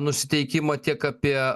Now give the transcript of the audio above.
nusiteikimą tiek apie